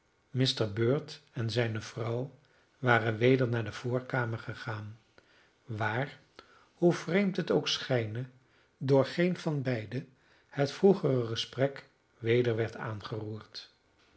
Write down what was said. mr bird en zijne vrouw waren weder naar de voorkamer gegaan waar hoe vreemd het ook schijne door geen van beiden het vroegere gesprek weder werd aangeroerd